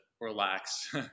relax